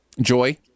joy